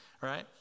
right